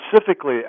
specifically